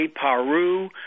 Paru